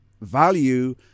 value